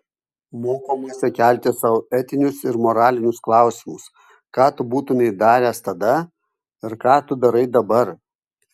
mokomasi kelti sau etinius ir moralinius klausimus ką tu būtumei daręs tada ir ką tu darai dabar